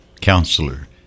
counselor